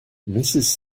mrs